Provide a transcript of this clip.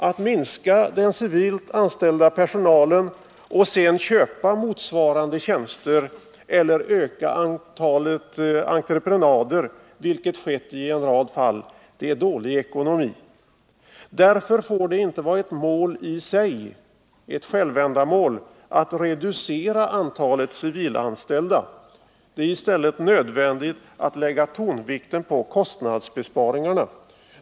Att minska den civilt anställda personalen och sedan köpa motsvarande tjänster eller öka antalet entreprenader, vilket skett i en rad fall, är dålig ekonomi. Därför får det inte vara ett mål i sig att reducera antalet civilanställda. Det är i stället nödvändigt att lägga tonvikten på kostnadsbesparingarna.